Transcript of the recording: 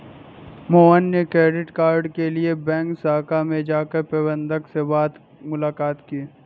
मोहन ने credit card के लिए बैंक शाखा में जाकर प्रबंधक से मुलाक़ात की